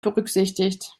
berücksichtigt